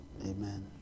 Amen